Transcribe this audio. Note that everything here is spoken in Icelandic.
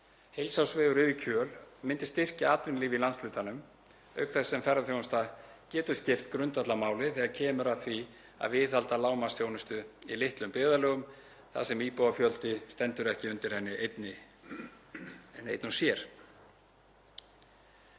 Heilsársvegur yfir Kjöl myndi styrkja atvinnulíf í landshlutanum auk þess sem ferðaþjónusta getur skipt grundvallarmáli þegar kemur að því að viðhalda lágmarksþjónustu í litlum byggðarlögum þar sem íbúafjöldi stendur ekki undir henni einn og sér.